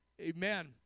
Amen